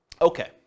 okay